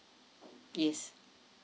yes